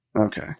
Okay